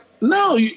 no